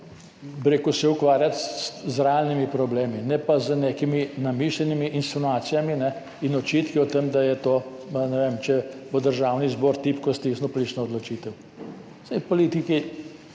rekel, ukvarjati z realnimi problemi, ne pa z nekimi namišljenimi insinuacijami in očitki o tem, da je to, ne vem, če bo Državni zbor tipko stisnil, politična odločitev. Saj tukaj